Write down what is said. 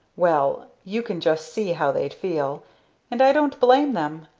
well, you can just see how they'd feel and i don't blame them.